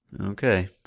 okay